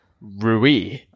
Rui